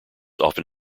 often